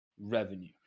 revenue